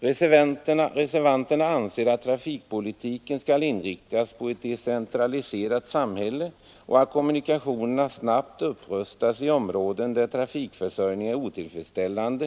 Reservanterna anser att trafikpolitiken skall inriktas på ett decentraliserat samhälle och att kommunikationerna snabbt bör upprustas i områden där trafikförsörjningen är otillfredsställande.